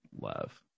love